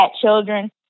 children